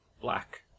black